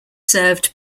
served